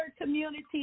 community